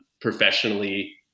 professionally